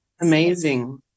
Amazing